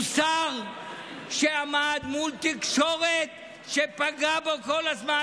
הוא שר שעמד מול תקשורת שפגעה בו כל הזמן,